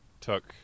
took